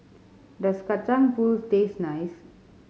does Kacang Pool taste nice